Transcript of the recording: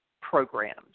programs